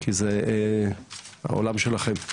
כי זה העולם שלכם.